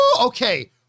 okay